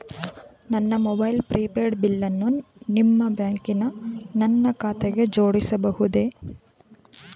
ನನ್ನ mobile prepaid ಬಿಲ್ಲನ್ನು ನಿಮ್ಮ ಬ್ಯಾಂಕಿನ ನನ್ನ ಖಾತೆಗೆ ಜೋಡಿಸಬಹುದೇ?